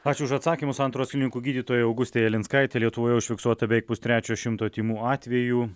ačiū už atsakymus santaros klinikų gydytoja augustė jelinskaitė lietuvoje užfiksuota beveik pustrečio šimto tymų atvejų